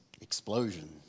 explosion